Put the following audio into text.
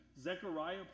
Zechariah